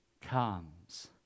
comes